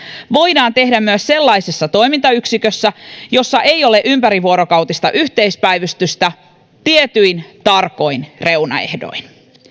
voidaan tehdä myös sellaisessa toimintayksikössä jossa ei ole ympärivuorokautista yhteispäivystystä tietyin tarkoin reunaehdoin